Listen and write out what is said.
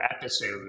episode